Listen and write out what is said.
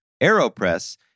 Aeropress